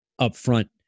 upfront